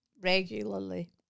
regularly